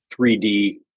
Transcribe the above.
3D